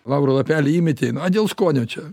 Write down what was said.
lauro lapelį įmetei na dėl skonio čia